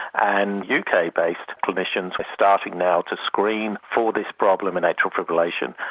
and uk-based clinicians are starting now to screen for this problem in atrial fibrillation,